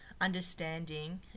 understanding